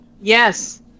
yes